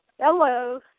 Hello